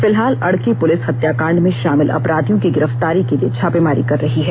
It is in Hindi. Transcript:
फिलहाल अड़की पुलिस हत्याकॉड में शामिल अपराधियों की गिरफ्तारी के लिये छापेमारी कर रही है